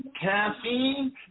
caffeine